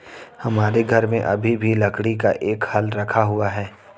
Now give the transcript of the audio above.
हमारे घर में अभी भी लकड़ी का एक हल रखा हुआ है